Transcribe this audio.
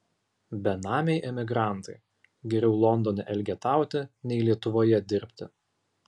benamiai emigrantai geriau londone elgetauti nei lietuvoje dirbti